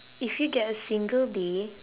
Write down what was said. if you get a single day